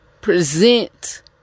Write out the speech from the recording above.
present